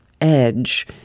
edge